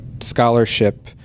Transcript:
scholarship